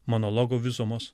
monologo visumos